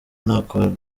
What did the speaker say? nakora